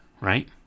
right